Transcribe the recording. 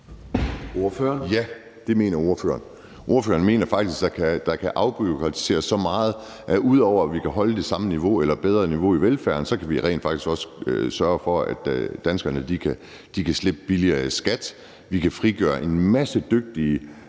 Ja, det mener ordføreren. Ordføreren mener faktisk, at der kan afbureaukratiseres så meget, at vi, ud over at vi kan holde det samme niveau eller opnå et bedre niveau i velfærden, rent faktisk også kan sørge for, at danskerne kan slippe billigere i skat, og at vi kan frigøre en masse dygtige